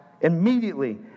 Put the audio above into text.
immediately